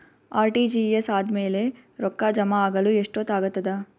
RTGS ಆದ್ಮೇಲೆ ರೊಕ್ಕ ಜಮಾ ಆಗಲು ಎಷ್ಟೊತ್ ಆಗತದ?